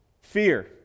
Fear